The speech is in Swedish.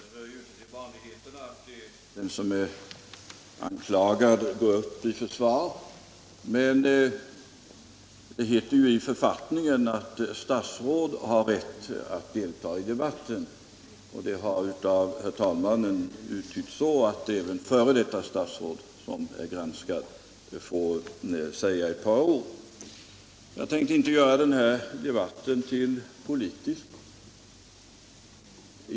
Herr talman! Det hör ju inte till vanligheterna att den som är anklagad går upp till försvar i denna debatt, men det heter ju i författningen att statsråd har rätt att delta i debatten. Och det har av herr talmannen uttytts så att även f.d. statsråd vars ämbetsutövning är granskad får säga ett par ord. Jag tänkte inte göra den här debatten politisk.